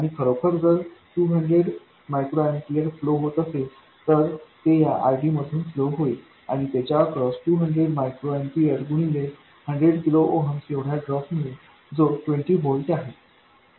आणि खरोखर जर 200 मायक्रो एंपियर फ्लो होत असेल तर ते या RD मधून फ्लो होईल आणि त्याच्या अक्रॉस 200 मायक्रो एंपियर गुणिले 100 किलो ओहम एवढा ड्रॉप मिळेल जो 20 व्होल्ट आहे